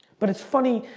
but it's funny,